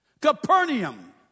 Capernaum